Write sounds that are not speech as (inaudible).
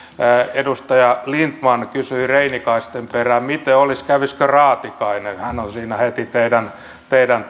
edustaja lindtman kysyi reinikaisten perään miten olisi kävisikö raatikainen hän on siinä heti teidän (unintelligible)